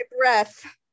breath